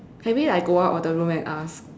can we like go out of the room and ask